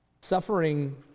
Suffering